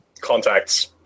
contacts